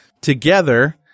Together